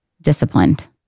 disciplined